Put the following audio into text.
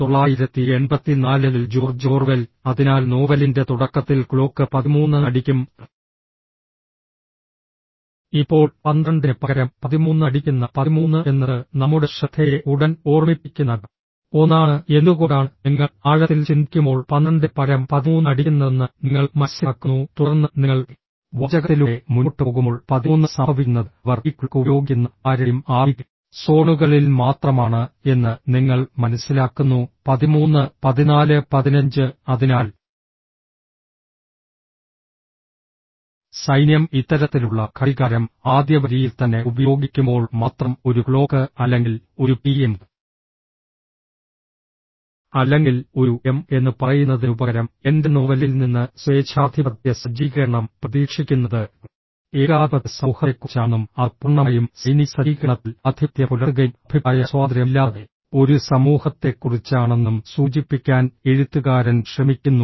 1984 ൽ George Orwell അതിനാൽ നോവലിന്റെ തുടക്കത്തിൽ ക്ലോക്ക് പതിമൂന്ന് അടിക്കും ഇപ്പോൾ പന്ത്രണ്ടിന് പകരം പതിമൂന്ന് അടിക്കുന്ന പതിമൂന്ന് എന്നത് നമ്മുടെ ശ്രദ്ധയെ ഉടൻ ഓർമ്മിപ്പിക്കുന്ന ഒന്നാണ് എന്തുകൊണ്ടാണ് നിങ്ങൾ ആഴത്തിൽ ചിന്തിക്കുമ്പോൾ പന്ത്രണ്ടിന് പകരം പതിമൂന്ന് അടിക്കുന്നതെന്ന് നിങ്ങൾ മനസ്സിലാക്കുന്നു തുടർന്ന് നിങ്ങൾ വാചകത്തിലൂടെ മുന്നോട്ട് പോകുമ്പോൾ പതിമൂന്ന് സംഭവിക്കുന്നത് അവർ ഈ ക്ലോക്ക് ഉപയോഗിക്കുന്ന മാരിടൈം ആർമി സോണുകളിൽ മാത്രമാണ് എന്ന് നിങ്ങൾ മനസ്സിലാക്കുന്നു പതിമൂന്ന് പതിനാല് പതിനഞ്ച് അതിനാൽ സൈന്യം ഇത്തരത്തിലുള്ള ഘടികാരം ആദ്യ വരിയിൽ തന്നെ ഉപയോഗിക്കുമ്പോൾ മാത്രം ഒരു ക്ലോക്ക് അല്ലെങ്കിൽ ഒരു പി എം അല്ലെങ്കിൽ ഒരു എം എന്ന് പറയുന്നതിനുപകരം എന്റെ നോവലിൽ നിന്ന് സ്വേച്ഛാധിപത്യ സജ്ജീകരണം പ്രതീക്ഷിക്കുന്നത് ഏകാധിപത്യ സമൂഹത്തെക്കുറിച്ചാണെന്നും അത് പൂർണ്ണമായും സൈനിക സജ്ജീകരണത്താൽ ആധിപത്യം പുലർത്തുകയും അഭിപ്രായ സ്വാതന്ത്ര്യം ഇല്ലാത്ത ഒരു സമൂഹത്തെക്കുറിച്ചാണെന്നും സൂചിപ്പിക്കാൻ എഴുത്തുകാരൻ ശ്രമിക്കുന്നു